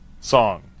Song